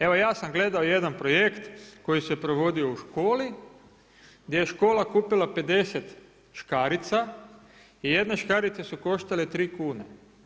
Evo ja sam gledao jedan projekt koji se provodio u školi, gdje je škola kupila 50 škarica i jedne škarice su koštale tri kune.